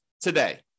today